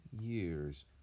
years